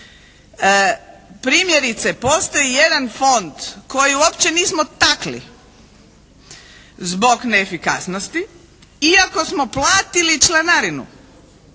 Primjerice postoji jedan fond koji uopće nismo takli zbog neefikasnosti iako smo platili članarinu